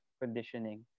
conditioning